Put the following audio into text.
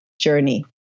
journey